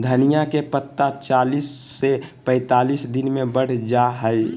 धनिया के पत्ता चालीस से पैंतालीस दिन मे बढ़ जा हय